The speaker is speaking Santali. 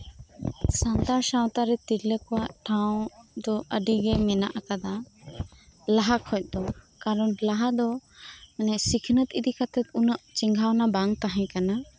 ᱥᱟᱱᱛᱟᱲ ᱥᱟᱶᱛᱟᱨᱮ ᱛᱤᱨᱞᱟᱹ ᱠᱚᱣᱟᱜ ᱴᱷᱟᱶ ᱫᱚ ᱟᱹᱰᱤᱜᱮ ᱢᱮᱱᱟᱜ ᱟᱠᱟᱫᱟ ᱞᱟᱦᱟ ᱠᱷᱚᱡ ᱫᱚ ᱠᱟᱨᱚᱱ ᱞᱟᱦᱟᱫᱚ ᱢᱟᱱᱮ ᱥᱤᱠᱷᱟᱱᱟᱹᱛ ᱤᱫᱤ ᱠᱟᱛᱮᱜ ᱩᱱᱟᱹᱜ ᱪᱮᱸᱜᱷᱟᱣᱱᱟ ᱵᱟᱝ ᱛᱟᱦᱮᱸ ᱠᱟᱱᱟ